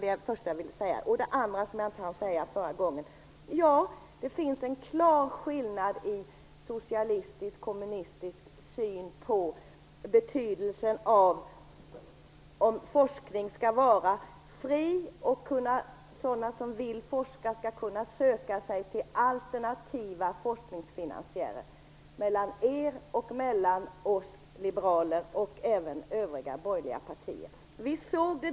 Det finns en klar skillnad mellan socialistiskkommunistisk syn och mellan oss liberaler och vår - och även andra borgerliga partiers - syn på betydelsen av att forskning skall vara fri och att de som vill forska skall kunna söka sig till alternativa forskningsfinansiärer.